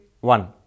One